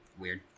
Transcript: Weird